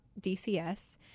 DCS